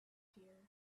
dears